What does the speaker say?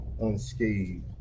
unscathed